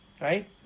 Right